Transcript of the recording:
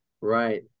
Right